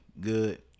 Good